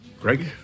Greg